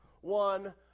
one